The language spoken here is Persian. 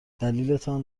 دلیلتان